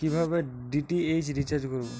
কিভাবে DTH recharge করব?